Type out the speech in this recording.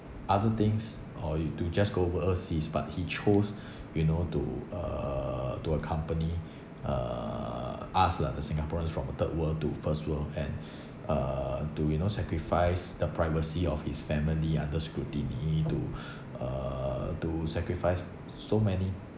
other things or you to just go overseas but he chose you know to uh to accompany uh us lah the singaporeans from a third world to first world and uh to you know sacrifice the privacy of his family under scrutiny to uh to sacrifice so many